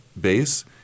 base